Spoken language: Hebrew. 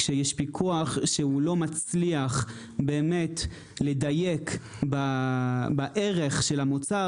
כשיש פיקוח שהוא לא מצליח באמת לדייק בערך של המוצר,